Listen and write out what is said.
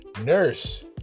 nurse